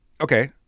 Okay